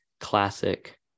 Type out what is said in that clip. Classic